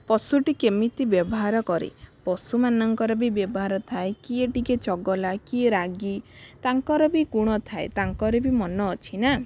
ପଶୁଟି କେମିତି ବ୍ୟବହାର କରେ ପଶୁମାନଙ୍କର ବି ବ୍ୟବହାର ଥାଏ କିଏ ଟିକେ ଚଗଲା କିଏ ରାଗି ତାଙ୍କର ବି ଗୁଣ ଥାଏ ତାଙ୍କର ବି ମନ ଅଛି ନା